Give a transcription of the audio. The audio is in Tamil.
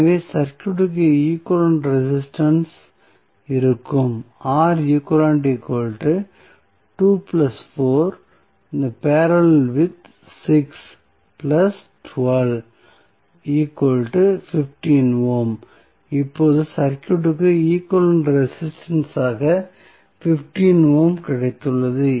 எனவே சர்க்யூட்க்கு ஈக்வலன்ட் ரெசிஸ்டன்ஸ் இருக்கும் இப்போது சர்க்யூட்க்கு ஈக்வலன்ட் ரெசிஸ்டன்ஸ் ஆக 15 ஓம் கிடைத்துள்ளது